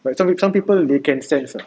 but some some people they can sense